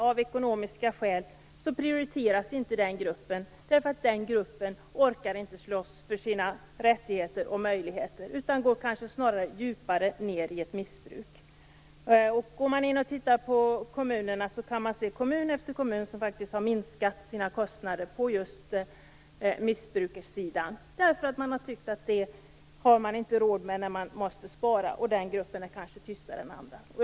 Av ekonomiska skäl prioriteras inte den gruppen därför att den gruppen inte orkar slåss för sina rättigheter och möjligheter och snarare går djupare ned i ett missbruk. I kommun efter kommun har man faktiskt minskat på missbrukssidan därför att man tyckt att man inte har råd med det när man måste spara och missbrukargruppen kanske är tystare än andra.